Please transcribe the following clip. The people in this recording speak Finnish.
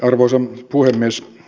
arvoisa puhemies